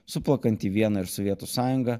suplakant į vieną ir sovietų sąjungą